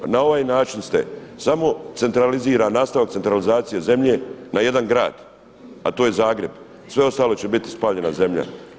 Na ovaj način ste samo centraliziran, nastavak centralizacije zemlje na jedan grad a to je Zagreb, sve ostalo će biti spaljena zemlja.